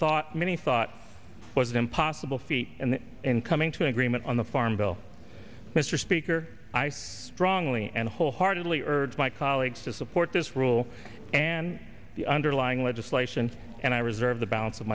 thought many thought was impossible feat and in coming to an agreement on the farm bill mr speaker i strongly and wholeheartedly urge my colleagues to support this rule and the underlying legislation and i reserve the balance of